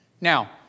Now